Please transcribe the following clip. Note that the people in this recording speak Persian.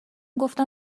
گفتم